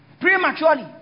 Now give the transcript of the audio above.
prematurely